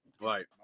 Right